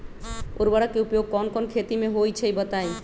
उर्वरक के उपयोग कौन कौन खेती मे होई छई बताई?